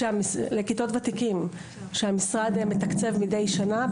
לכיתות ותיקים שהמשרד מתקצב מדי שנה.